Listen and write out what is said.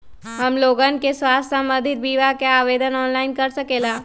हमन लोगन के स्वास्थ्य संबंधित बिमा का आवेदन ऑनलाइन कर सकेला?